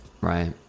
Right